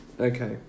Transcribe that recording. Okay